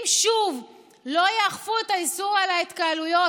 אם שוב לא יאכפו את איסור ההתקהלויות